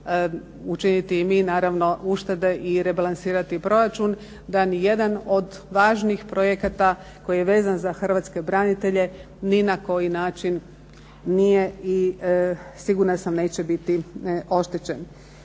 učiniti i mi naravno uštede i rebalansirati proračun, da ni jedan od važnih projekata koji je vezan za hrvatske branitelje ni na koji način nije i sigurna sam neće biti oštećen.